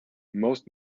most